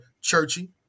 churchy